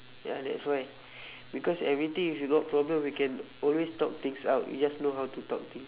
ya that's why because everything if you got problem we can always talk things out you just know how to talk things